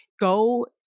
Go